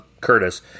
Curtis